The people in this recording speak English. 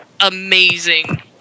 amazing